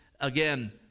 again